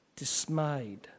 dismayed